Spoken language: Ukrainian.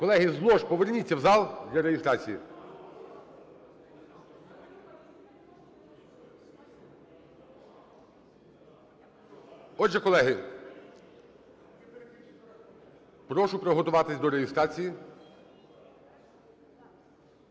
Колеги, з лож поверніться в зал для реєстрації. Отже, колеги, прошу приготуватись до реєстрації